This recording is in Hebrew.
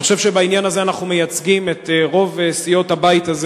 אני חושב שבעניין הזה אנחנו מייצגים את רוב סיעות הבית הזה